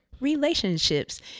relationships